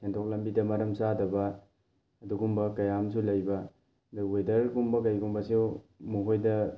ꯁꯦꯟꯊꯣꯛ ꯂꯝꯕꯤꯗ ꯃꯔꯝ ꯆꯥꯗꯕ ꯑꯗꯨꯒꯨꯝꯕ ꯀꯌꯥ ꯑꯃꯁꯨ ꯂꯩꯕ ꯑꯗ ꯋꯦꯗꯔꯒꯨꯝꯕ ꯀꯩꯒꯨꯝꯕꯁꯨ ꯃꯈꯣꯏꯗ